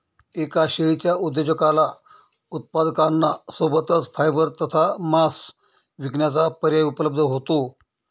एका शेळीच्या उद्योजकाला उत्पादकांना सोबतच फायबर तथा मांस विकण्याचा पर्याय उपलब्ध होतो